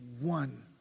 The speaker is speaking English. one